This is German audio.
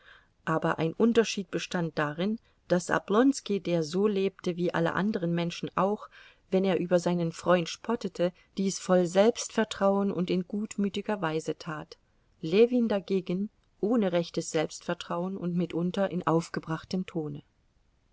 aber ein unterschied bestand darin daß oblonski der so lebte wie alle anderen menschen auch wenn er über seinen freund spottete dies voll selbstvertrauen und in gutmütiger weise tat ljewin dagegen ohne rechtes selbstvertrauen und mitunter in aufgebrachtem tone